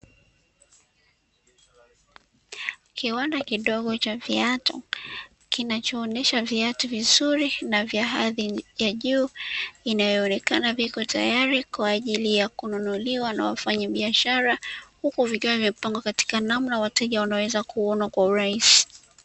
Kiwanda kidogo cha viatu kinachoonyesha viatu vizuri na vya hadhi ya juu, inayoonekana viko tayari kwa ajili ya kununuliwa na wafanyabiashara, huku vikiwa vimepangwa katika namna wateja wanaweza kuona kwa urahisi.